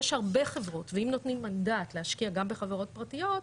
יש הרבה חברות ואם נותנים מנדט להשקיע גם בחברות פרטיות,